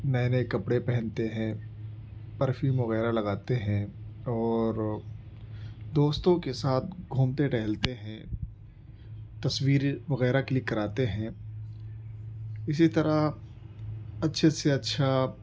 نئے نئے کپڑے پہنتے ہیں پرفیوم وغیرہ لگاتے ہیں اور دوستوں کے ساتھ گھومتے ٹہلتے ہیں تصویر وغیرہ کلک کراتے ہیں اسی طرح اچھے سے اچھا